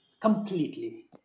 Completely